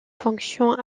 fonction